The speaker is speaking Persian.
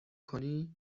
کنی